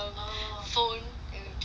a phone will just come to me